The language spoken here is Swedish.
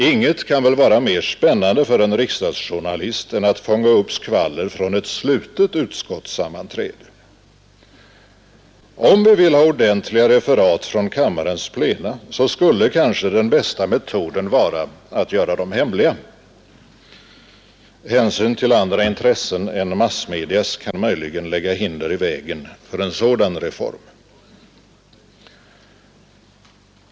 Inget är väl mera spännande för en riksdagsjournalist än att fånga upp skvaller från ett slutet utskottssammanträde. Om vi vill ha ordentliga referat från kammarens plena, skulle kanske den bästa metoden vara att göra dem hemliga. Hänsyn till andra intressen än massmedias kan möjligen lägga hinder i vägen för en sådan reform.